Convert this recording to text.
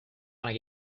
wanna